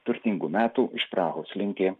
turtingų metų iš prahos linki